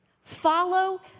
Follow